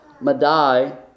Madai